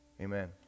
Amen